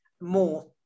more